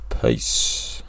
Peace